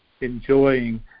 enjoying